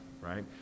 right